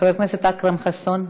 חבר הכנסת אכרם חסון,